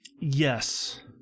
Yes